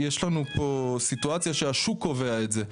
יש לנו פה סיטואציה שהשוק קובע את זה,